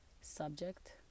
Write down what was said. subject